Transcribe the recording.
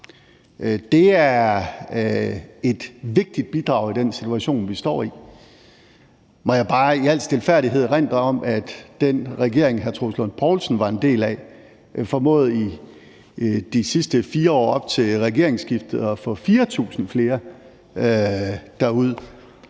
Det er et vigtigt bidrag i den situation, vi står i. Må jeg bare i al stilfærdighed erindre om, at den regering, hr. Troels Lund Poulsen var en del af, i de sidste 4 år op til regeringsskiftet formåede at få 4.000 flere derude